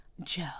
Joe